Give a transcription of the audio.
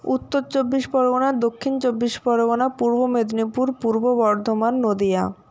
Uttar Chabbish Pargana Dakshin Chabbish Pargana Purba Medinipur Purba Bardhaman Nadia